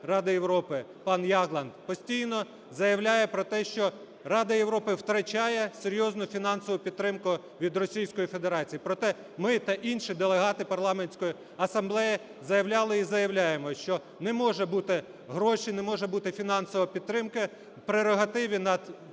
Ради Європи пан Ягланд постійно заявляє про те, що Рада Європи втрачає серйозну фінансову підтримку від Російської Федерації, проте ми та інші делегати Парламентської асамблеї заявляли і заявляємо, що не може бути гроші, не може бути фінансова підтримка в прерогативі над